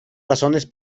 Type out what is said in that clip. razones